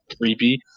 creepy